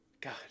God